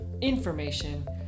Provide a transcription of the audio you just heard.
information